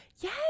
yes